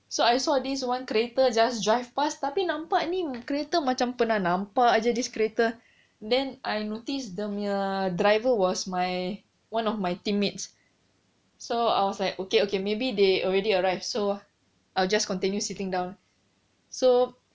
so I saw this one kereta just drive past tapi nampak ni kereta macam pernah nampak jer this kereta then I noticed dia punya driver was my one of my teammates so I was like okay okay maybe they already arrived so I'll just continue sitting down so